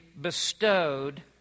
bestowed